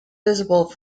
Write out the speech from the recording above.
visible